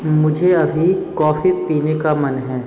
मुझे अभी कौफ़ी पीने का मन है